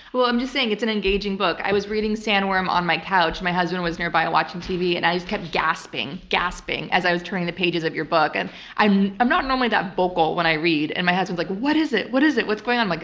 well, i'm just saying, it's an engaging book. i was reading sandworm on my couch. my husband was nearby watching tv, and i just kept gasping, gasping as i was turning the pages of your book. and i'm i'm not normally that vocal when i read, and my husband's like, what is it? what is it? what's going on? i'm like,